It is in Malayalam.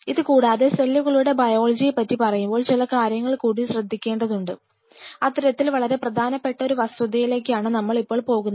ഇതുകൂടാതെ സെല്ലുകളുടെ ബയോളജിയെ പറ്റി പറയുമ്പോൾ ചില കാര്യങ്ങൾ കൂടി ശ്രദ്ധിക്കേണ്ടതുണ്ട് അത്തരത്തിൽ വളരെ പ്രധാനപ്പെട്ട ഒരു വസ്തുതയിലേക്കാണ് നമ്മൾ ഇപ്പോൾ പോകുന്നത്